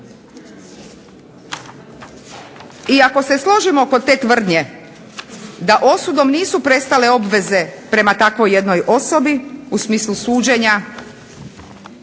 I ako se složimo oko te tvrdnje da osudom nisu prestale obveze prema takvoj jednoj osobi u smislu suđenja,